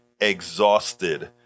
exhausted